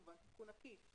תיקון עקיף.